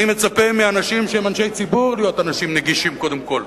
אני מצפה מאנשים שהם אנשי ציבור להיות אנשים נגישים קודם כול.